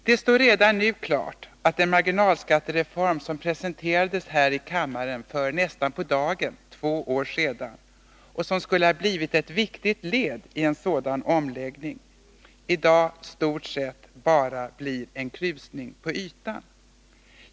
Det står redan nu klart att den marginalskattereform som presenterades här i kammaren för nästan på dagen två år sedan och som skulle ha blivit ett viktigt led i en sådan omläggning, i dag i stort sett bara blir en krusning på ytan.